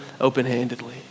open-handedly